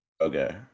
Okay